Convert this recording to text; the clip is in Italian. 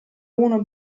uno